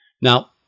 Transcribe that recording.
Now